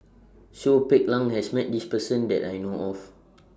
Charles Paglar has Met This Person that I know of